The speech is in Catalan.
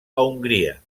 hongria